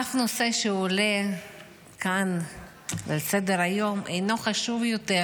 אף נושא שעולה כאן על סדר-היום אינו חשוב יותר